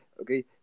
okay